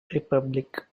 republic